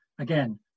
Again